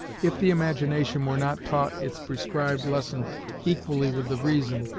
if the imagination were not taught its prescribed lesson equally with the reason,